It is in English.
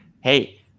Hey